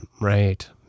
Right